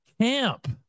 Camp